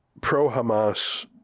pro-Hamas